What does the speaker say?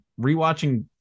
rewatching